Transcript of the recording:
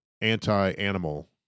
anti-animal